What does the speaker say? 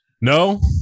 No